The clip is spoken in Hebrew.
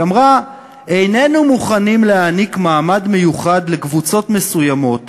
היא אמרה: איננו מוכנים להעניק מעמד מיוחד לקבוצות מסוימות